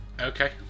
Okay